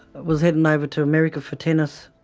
was headed over to america for tennis.